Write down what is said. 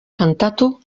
kantatu